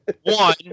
One